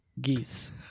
geese